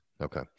okay